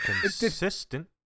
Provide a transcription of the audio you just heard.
Consistent